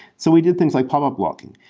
so we did things like popup walking